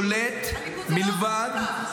שולט, מלבד --- הליכוד זה החונטה.